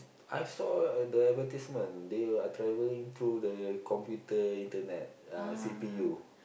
I saw uh the advertisement they are travelling through the computer internet uh C_P_U